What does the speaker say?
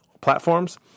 platforms